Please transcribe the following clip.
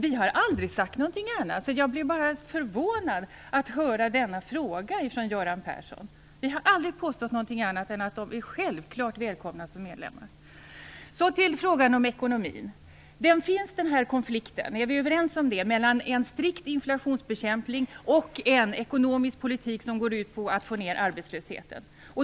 Vi har aldrig sagt något annat, och jag blir förvånad över att höra denna fråga från Göran Persson. Vi har aldrig påstått något annat än att de självklart är välkomna som medlemmar. Så till frågan om ekonomin. Det finns en konflikt, det kanske vi är överens om, mellan en strikt inflationsbekämpning och en ekonomisk politik som går ut på att få ned arbetslösheten.